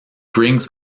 brings